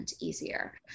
easier